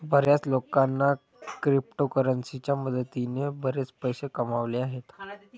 बर्याच लोकांनी क्रिप्टोकरन्सीच्या मदतीने बरेच पैसे कमावले आहेत